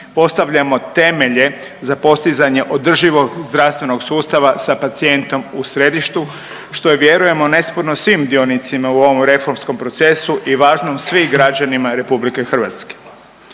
postavljamo temelje za postizanje održivog zdravstvenog sustava sa pacijentom u središtu što je vjerujemo nesporno svim dionicima u ovom reformskom procesu i važno svim građanima RH.